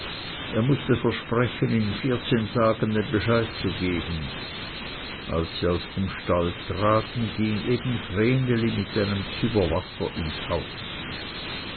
er mußte versprechen in vierzehn tagen den bescheid zu geben als sie aus dem stall traten ging eben vreneli mit einem züber wasser ins haus